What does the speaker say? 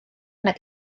nag